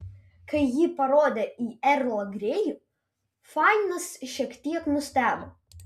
kai ji parodė į erlą grėjų fainas šiek tiek nustebo